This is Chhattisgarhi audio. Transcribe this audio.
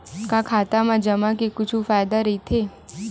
का खाता मा जमा के कुछु फ़ायदा राइथे?